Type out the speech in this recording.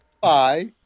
Bye